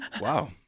wow